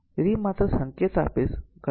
તેથી માત્ર સંકેત આપીશ